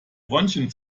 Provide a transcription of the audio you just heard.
bronchien